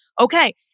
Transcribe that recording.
okay